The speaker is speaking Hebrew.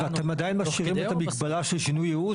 ואתם עדיין משאירים את המגבלה של שינוי ייעוד?